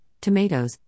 tomatoes